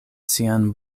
sian